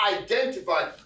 identify